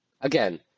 again